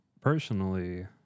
personally